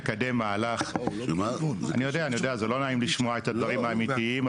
זה לא נעים לשמוע את הדברים האמיתיים,